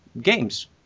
games